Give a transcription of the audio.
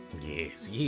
Yes